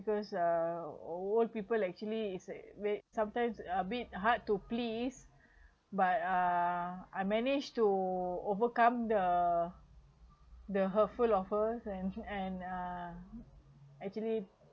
because uh older people actually is a bit sometimes a bit hard to please but uh I managed to overcome the the hurtful of her and and uh actually